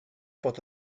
bod